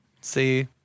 See